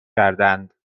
کردند